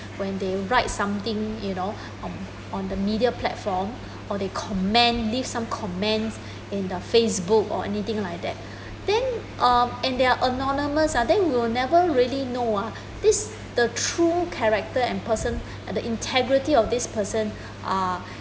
when they write something you know on on the media platform or they comment leave some comments in the facebook or anything like that then uh and they're anonymous ah then will never really know ah this the true character person the integrity person uh